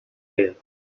here